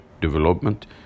development